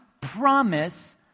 promise